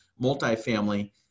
multifamily